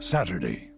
Saturday